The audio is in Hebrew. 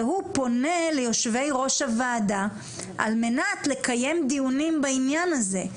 והוא פונה ליושבי-ראש הוועדה על מנת לקיים דיונים בעניין הזה,